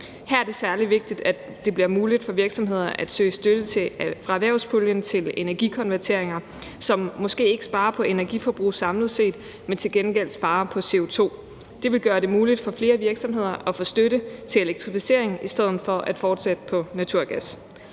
Her er det særlig vigtigt, at det bliver muligt for virksomheder at søge støtte fra erhvervspuljen til energikonverteringer, som måske ikke sparer på energiforbruget samlet set, men til gengæld sparer på CO2. Det vil gøre det muligt for flere virksomheder at få støtte til elektrificering i stedet for at fortsætte på naturgas.